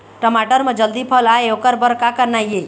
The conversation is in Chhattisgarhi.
टमाटर म जल्दी फल आय ओकर बर का करना ये?